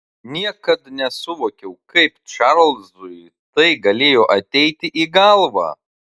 niekad nesuvokiau kaip čarlzui tai galėjo ateiti į galvą